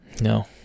no